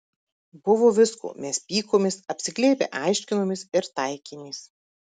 buvo visko mes pykomės apsiglėbę aiškinomės ir taikėmės